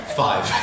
five